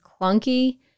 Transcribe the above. clunky